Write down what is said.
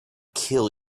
kill